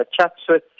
Chatsworth